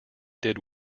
did